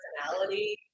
personality